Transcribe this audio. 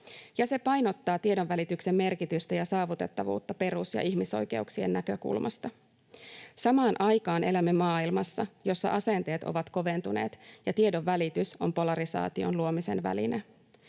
se painottaa tiedonvälityksen merkitystä ja saavutettavuutta perus- ja ihmisoikeuksien näkökulmasta. Samaan aikaan elämme maailmassa, jossa asenteet ovat koventuneet ja tiedonvälitys on polarisaation luomisen väline.